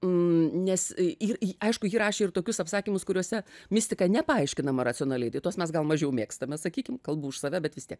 nes ir aišku ji rašė ir tokius apsakymus kuriuose mistika nepaaiškinama racionaliai tai tuos mes gal mažiau mėgstame sakykim kalbu už save bet vis tiek